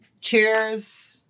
Cheers